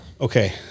Okay